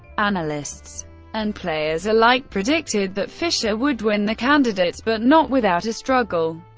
analysts and players alike predicted that fischer would win the candidates, but not without a struggle.